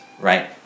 right